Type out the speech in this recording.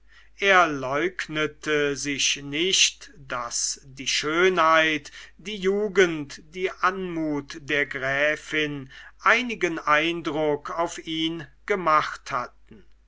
er leugnete sich nicht daß die schönheit die jugend die anmut der gräfin einigen eindruck auf ihn gemacht hatten